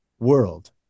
world